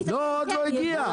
לא, עוד לא הגיע.